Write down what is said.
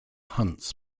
hunts